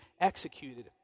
executed